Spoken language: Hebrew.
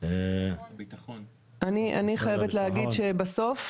אני חייבת להגיד שבסוף,